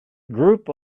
group